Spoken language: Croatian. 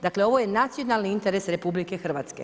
Dakle ovo je nacionalni interes RH.